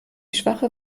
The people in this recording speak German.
schwache